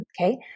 Okay